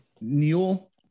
Neil